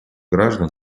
граждан